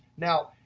now,